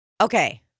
Okay